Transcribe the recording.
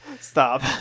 Stop